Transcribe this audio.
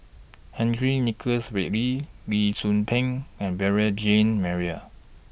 Henry Nicholas Ridley Lee Tzu Pheng and Beurel Jean Marie